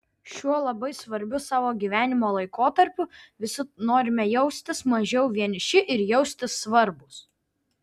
šiuo labai svarbiu savo gyvenimo laikotarpiu visi norime jaustis mažiau vieniši ir jaustis svarbūs